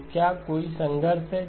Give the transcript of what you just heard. तो क्या कोई संघर्ष है